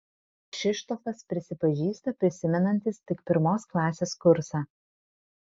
kšištofas prisipažįsta prisimenantis tik pirmos klasės kursą